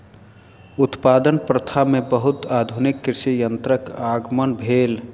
उत्पादन प्रथा में बहुत आधुनिक कृषि यंत्रक आगमन भेल